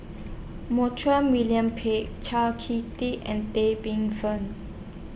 Montague William Pett Chau Key Ting and Tan Paey Fern